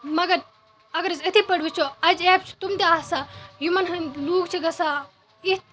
مگراگر أسۍ أتھی پٲٹھۍ وُچھو اَجہِ اٮ۪پہٕ چھِ تِم تہِ آسان یِمَن ہٕندۍ لُکھ چھِ گَژھان یِتھۍ